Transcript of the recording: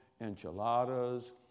enchiladas